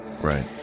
Right